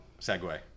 segue